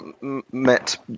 met